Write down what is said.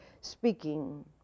speaking